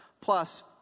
plus